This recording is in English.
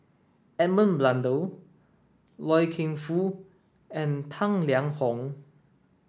Edmund Blundell Loy Keng Foo and Tang Liang Hong